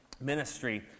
ministry